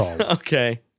Okay